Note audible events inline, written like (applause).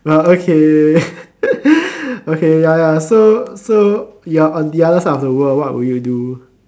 but okay (laughs) okay ya ya so so you're on the other side of the world what will you do